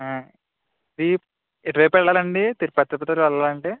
ఎటు వైపు వెళ్లాలి అండీ తిరుపతి వెళ్లాలంటే